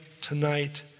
tonight